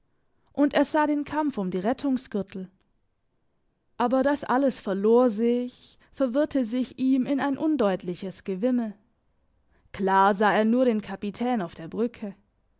und er sah den kampf um die rettungsgürtel aber das alles verlor sich verwirrte sich ihm in ein undeutliches gewimmel klar sah er nur den kapitän auf der brücke